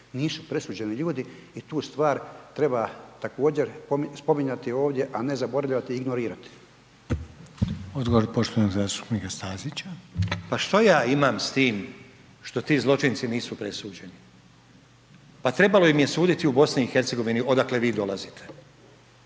nisu presuđeni ljudi i tu stvar treba također spominjati ovdje, a ne zaboravljati i ignorirati. **Reiner, Željko (HDZ)** Odgovor poštovanog zastupnika Stazića. **Stazić, Nenad (SDP)** Pa što ja imam s tim što ti zločinci nisu presuđeni? Pa trebalo im je suditi u BiH odakle vi dolazite.